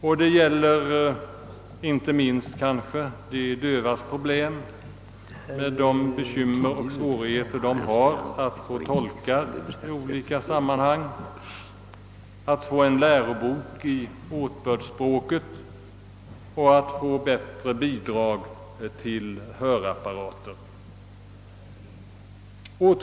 Och det gäller inte minst de dövas problem, bl.a. deras svårigheter att få tolkar i olika sammanhang, att få lärobok i åtbördsspråket och att erhålla högre bidrag till hörapparater.